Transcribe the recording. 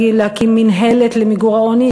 להקים מינהלת למיגור העוני,